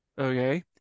okay